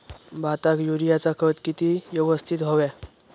भाताक युरियाचा खत किती यवस्तित हव्या?